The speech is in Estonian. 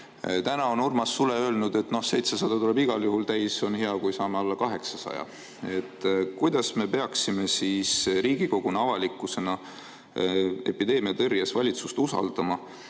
Täna on Urmas Sule öelnud, et 700 tuleb igal juhul täis, on hea, kui püsime alla 800. Kuidas me peaksime siis Riigikoguna, avalikkusena epideemia tõrjes valitsust usaldama,